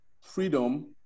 freedom